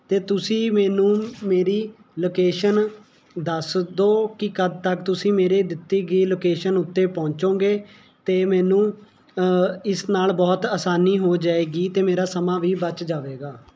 ਤੇ ਤੁਸੀਂ ਮੈਨੂੰ ਮੇਰੀ ਲੋਕੇਸ਼ਨ ਦੱਸ ਦਓ ਕੀ ਕਦ ਤੱਕ ਤੁਸੀਂ ਮੇਰੇ ਦਿੱਤੀ ਗਈ ਲੋਕੇਸ਼ਨ ਉੱਤੇ ਪਹੁੰਚੋਗੇ ਤੇ ਮੈਨੂੰ ਇਸ ਨਾਲ ਬਹੁਤ ਆਸਾਨੀ ਹੋ ਜਾਏਗੀ ਤੇ ਮੇਰਾ ਸਮਾਂ ਵੀ ਬਚ ਜਾਵੇਗਾ